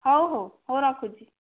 ହଉ ହଉ ହଉ ରଖୁଛି